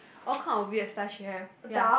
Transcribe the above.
all kind of weird stuff she have ya